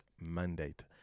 mandate